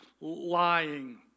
lying